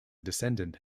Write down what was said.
descendant